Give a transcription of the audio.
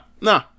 nah